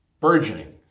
burgeoning